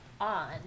on